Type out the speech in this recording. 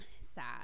Sad